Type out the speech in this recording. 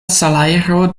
salajro